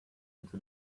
into